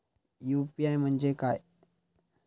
UPI म्हणजे काय?